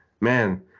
man